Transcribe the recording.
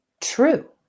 true